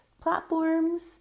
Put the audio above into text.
platforms